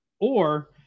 or-